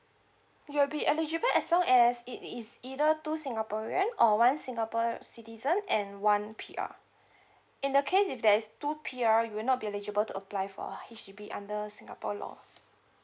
you'll be eligible as long as it is either two singaporean or one singapore citizen and one P_R in the case if there is two P_R you will not be eligible to apply for H_D_B under singapore law